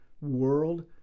world